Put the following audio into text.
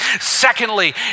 Secondly